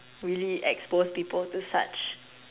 really expose people to such